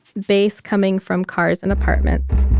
bass coming from cars and apartments,